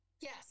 Yes